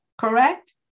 Correct